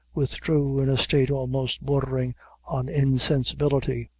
withdrew in a state almost bordering on insensibility.